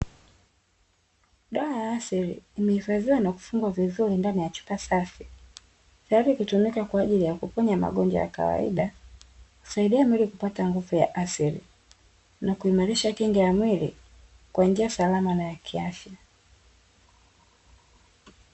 Dawa ya asili imehifadhiwa na kufungwa vizuri ndani ya chupa safi, tayari kutumika kwa ajili ya kuponya magonjwa ya kawaida. Husaidia mwili kupata nguvu ya asili na kuimarisha kinga ya mwili kwa njia salama na ya kiafya.